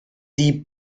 deep